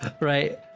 Right